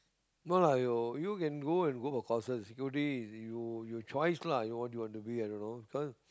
no lah you you can go and go for courses security it's you it's your choice lah what you want to be i don't know cause